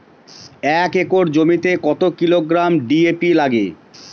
এক একর জমিতে কত কিলোগ্রাম ডি.এ.পি লাগে?